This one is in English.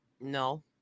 No